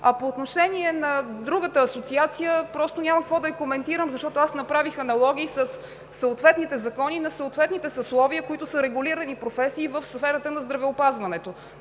По отношение на другата асоциация – просто няма какво да я коментирам, защото направих аналогии със съответните закони на съответните съсловия, които са регулирани професии в сферата на здравеопазването.